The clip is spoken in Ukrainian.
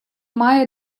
має